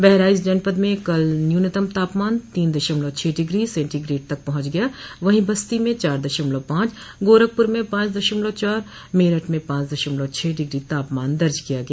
बहराइच जनपद में कल न्यूनतम तापमान तीन दशमलव छह डिग्री सेंटीग्रेट तक पहुंच गया वहीं बस्ती में चार दशमलव पांच गोरखपूर में पांच दशमवल चार मेरठ में पांच दशमलव छह डिग्री तापमान दर्ज किया गया